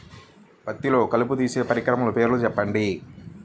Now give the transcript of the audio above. పత్తిలో కలుపు తీసే పరికరము పేరు చెప్పండి